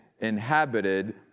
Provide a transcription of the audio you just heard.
inhabited